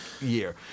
year